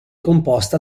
composta